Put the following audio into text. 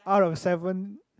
out of seven